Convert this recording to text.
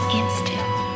instant